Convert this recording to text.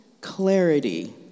clarity